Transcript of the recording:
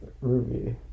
Ruby